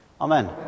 Amen